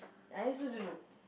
I also don't know